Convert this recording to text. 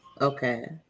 okay